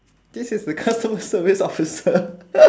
this is the customer service officer